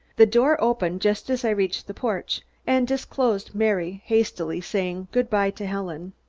the door opened just as i reached the porch, and disclosed mary hastily saying good-by to helen.